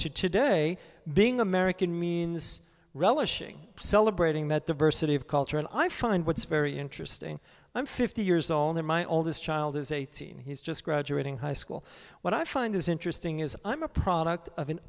to today being american means relishing celebrating that diversity of culture and i find what's very interesting i'm fifty years old and my oldest child is eighteen he's just graduating high school what i find is interesting is i'm a product of an